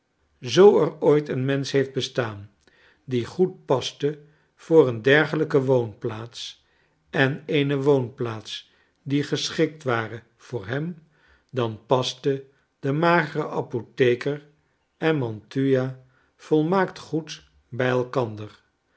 zoo er ooit een mensch heeft bestaan die goed paste voor een dergelijke woonplaats en eene woonplaats die geschikt ware voor hem dan pasten de magere apotheker en mantua volmaakt goed bij elkander